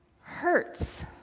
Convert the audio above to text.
hurts